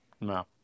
no